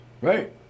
Right